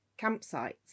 campsites